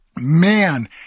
man